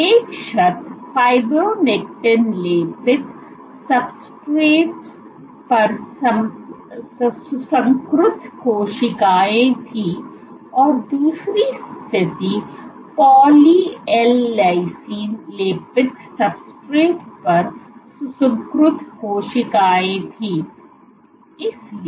एक शर्त फाइब्रोनेक्टिन लेपित सब्सट्रेट्स पर सुसंस्कृत कोशिकाओं थी और दूसरी स्थिति पॉली एल लिसिन लेपित सब्सट्रेट्स पर सुसंस्कृत कोशिकाओं थी